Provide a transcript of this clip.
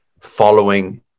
following